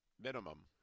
minimum